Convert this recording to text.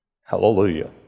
Hallelujah